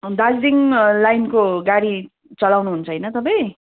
दार्जिलिङ लाइनको गाडी चलाउनु हुन्छ होइन तपाईँ